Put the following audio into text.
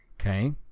Okay